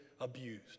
abused